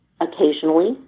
occasionally